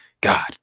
god